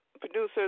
Producers